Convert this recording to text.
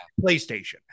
PlayStation